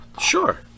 Sure